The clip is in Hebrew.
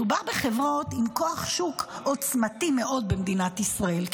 מדובר בחברות עם כוח שוק עוצמתי מאוד במדינת ישראל.